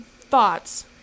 thoughts